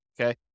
okay